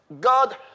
God